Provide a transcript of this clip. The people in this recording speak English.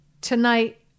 tonight